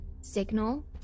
signal